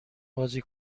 بازی